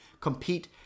compete